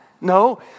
No